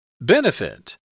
Benefit